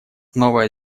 новая